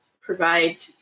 provide